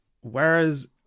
Whereas